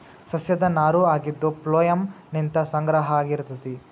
ಸಸ್ಯದ ನಾರು ಆಗಿದ್ದು ಪ್ಲೋಯಮ್ ನಿಂದ ಸಂಗ್ರಹ ಆಗಿರತತಿ